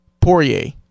poirier